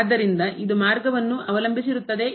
ಆದ್ದರಿಂದ ಇದು ಮಾರ್ಗವನ್ನು ಅವಲಂಬಿಸಿರುತ್ತದೆ